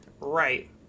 right